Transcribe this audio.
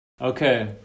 Okay